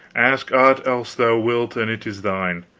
ask aught else thou wilt, and it is thine,